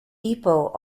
ipoh